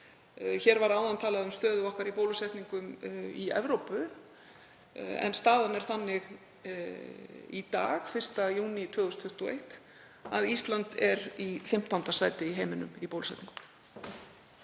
Hér áðan var talað um stöðu okkar í bólusetningum í Evrópu en staðan er þannig í dag, 1. júní 2021, að Ísland er í 15. sæti í heiminum í bólusetningum.